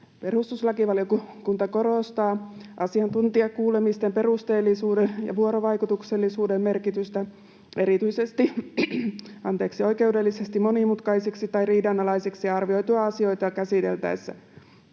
Perustuslakivaliokunta korostaa asiantuntijakuulemisten perusteellisuuden ja vuorovaikutuksellisuuden merkitystä erityisesti oikeudellisesti monimutkaiseksi tai riidanalaisiksi arvioituja asioita käsiteltäessä.